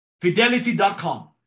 Fidelity.com